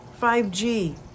5G